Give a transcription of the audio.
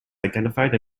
identified